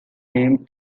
named